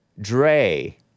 Dre